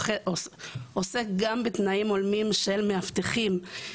שעוסק גם בתנאים הולמים של מאבטחים,